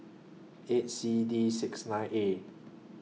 eight C D six nine A